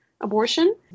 abortion